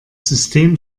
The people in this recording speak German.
system